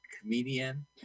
comedian